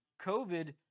COVID